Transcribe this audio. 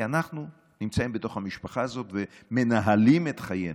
כי אנחנו נמצאים בתוך המשפחה הזאת ומנהלים את חיינו,